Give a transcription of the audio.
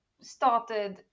started